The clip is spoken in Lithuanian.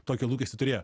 tokį lūkestį turėjo